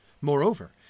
Moreover